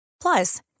Plus